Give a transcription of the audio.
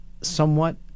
somewhat